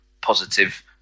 positive